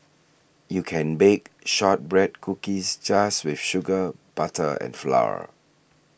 you can bake Shortbread Cookies just with sugar butter and flour